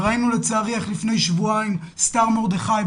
ראינו לצערי איך לפני שבועיים סטאר מרדכי,